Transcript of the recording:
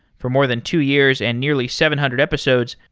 for more than two years and nearly seven hundred episodes,